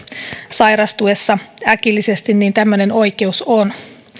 sairastuessa äkillisesti tämmöinen oikeus on